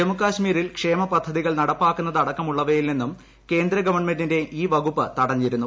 ജമ്മുകാശ്ശ്മീരിൽ ക്ഷേമ പദ്ധതികൾ നടപ്പാക്കുന്നത് അടക്കമുള്ളവയിൽ നീന്നും കേന്ദ്രഗവൺമെന്റിനെ ഈ വകുപ്പ് തടഞ്ഞിരുന്നു